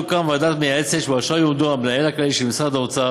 תוקם ועדה מייעצת שבראשה יעמדו המנהל הכללי של משרד האוצר